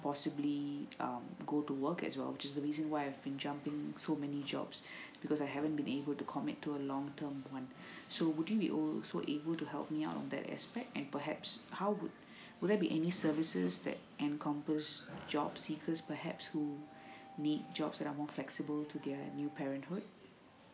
possibly um go to work as well just the reason why I've been jumping so many jobs because I haven't been able to commit to a long term one so would you be also able to help me out on that aspect and perhaps how would would there be any services that can compose job seekers perhaps who need jobs that are more flexible to their new parenthood